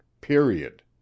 period